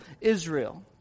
Israel